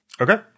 okay